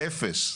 אפס.